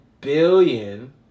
billion